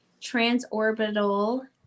transorbital